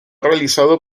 realizado